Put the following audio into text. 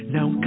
Now